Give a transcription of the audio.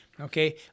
Okay